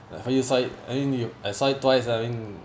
have you saw it I mean you I saw it twice uh I mean